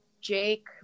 Jake